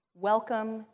Welcome